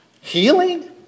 healing